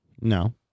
No